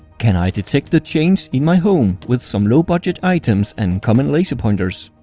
can i detect the change in my home with some low budget items and common laser pointers?